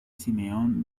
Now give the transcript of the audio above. simeón